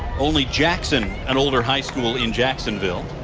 only jackson and older high school in jacksonville.